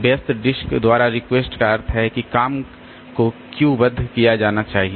व्यस्त डिस्क द्वारा रिक्वेस्ट का अर्थ है कि काम को क्यू बद्ध किया जाना चाहिए